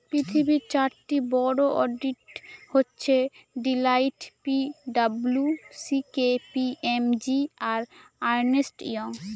পৃথিবীর চারটি বড়ো অডিট হচ্ছে Deloitte P W C K P M G আর আর্নেস্ট ইয়ং